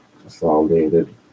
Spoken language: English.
consolidated